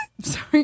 Sorry